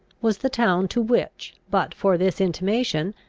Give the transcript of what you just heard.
was the town to which, but for this intimation,